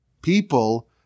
people